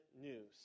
news